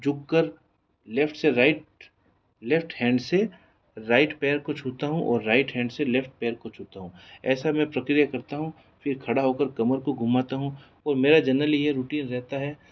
झुक कर लेफ्ट से राइट लेफ्ट हैंड से राइट पैर को छूता हूँ और राइट हैंड से लेफ्ट पैर को छूता हूँ ऐसा मैं प्रक्रिया करता हूँ फिर खड़ा होकर कमर को घुमाता हूँ और मेरा जनरली यह रूटीन रहता है